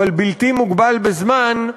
אבל בלתי מוגבל בזמן,